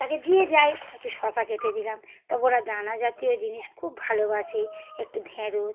তাকে যে যায় একটু শশা কেটে দিলাম তারপর ওরা দানা জাতীয় জিনিস খুব ভালোবাসে একটু ঢ্যাঁড়স